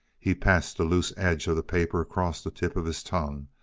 he passed the loose edge of the paper across the tip of his tongue,